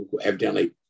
evidently